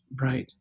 right